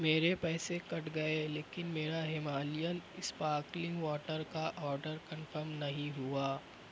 میرے پیسے کٹ گئے لیکن میرا ہمالین اسپاکلنگ واٹر کا آڈر کنفم نہیں ہوا